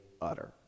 utter